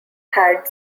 had